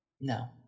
No